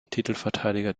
titelverteidiger